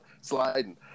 sliding